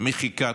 מחיקת,